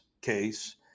case